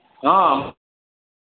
हँ